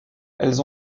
elles